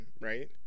Right